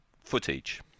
footage